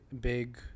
big